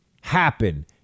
happen